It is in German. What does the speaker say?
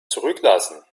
zurücklassen